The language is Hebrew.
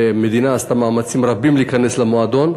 המדינה עשתה מאמצים רבים להיכנס למועדון.